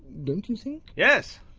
don't you think? yes.